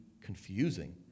confusing